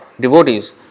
devotees